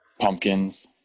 pumpkins